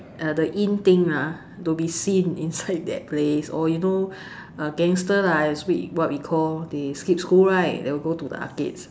the in thing lah to be seen inside that place or you know uh gangster lah as what we call they skip school right they will go to the arcades